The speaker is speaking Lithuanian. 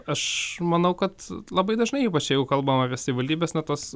aš manau kad labai dažnai ypač jeigu kalbam apie savivaldybes na tos